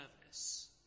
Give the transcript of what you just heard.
service